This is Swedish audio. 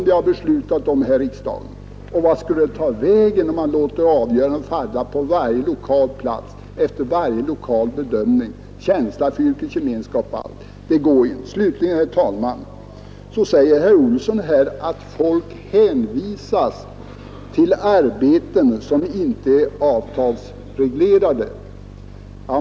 Vart skulle det ta vägen, om man skulle låta avgörandet falla på varje lokal plats efter lokal bedömning, känsla för yrkesgemenskap och allt? Det går ju inte. Slutligen, herr talman, säger herr Olsson att folk hänvisas till arbeten som inte är avtalsreglerade.